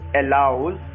allows